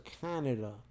Canada